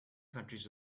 countries